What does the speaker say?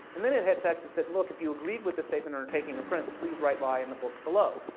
and then it had text that said, look, if you agreed with the statement or are taking a print, please write by in the book below.